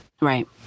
Right